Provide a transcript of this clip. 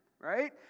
Right